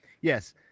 yes